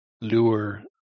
lure